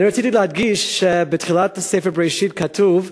ואני רציתי להדגיש שבתחילת ספר בראשית כתוב: